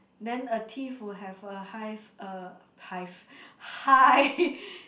then a thief would have a hive uh hive high